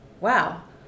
wow